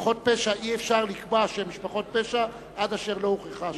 אי-אפשר לקבוע שהן משפחות פשע עד אשר הוכחה אשמתן.